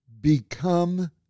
Become